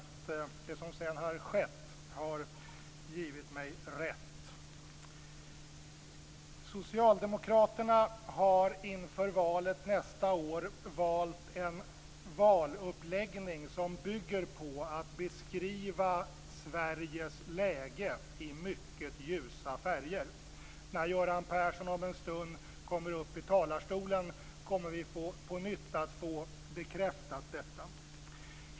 Det som sedan har skett har givit mig rätt. Socialdemokraterna har inför valet nästa år valt en valuppläggning som bygger på att beskriva Sveriges läge i mycket ljusa färger. När Göran Persson om en stund kommer upp i talarstolen kommer vi på nytt att få detta bekräftat.